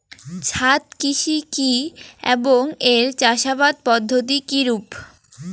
ছাদ কৃষি কী এবং এর চাষাবাদ পদ্ধতি কিরূপ?